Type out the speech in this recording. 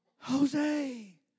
Jose